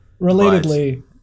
Relatedly